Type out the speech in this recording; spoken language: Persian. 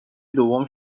دوم